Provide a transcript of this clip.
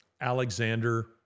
Alexander